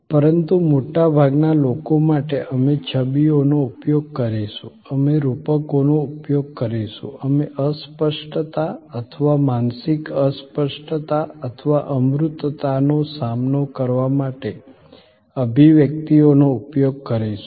પરંતુ મોટાભાગના લોકો માટે અમે છબીઓનો ઉપયોગ કરીશું અમે રૂપકોનો ઉપયોગ કરીશું અમે અસ્પષ્ટતા અથવા માનસિક અસ્પષ્ટતા અથવા અમૂર્તતાનો સામનો કરવા માટે અભિવ્યક્તિઓનો ઉપયોગ કરીશું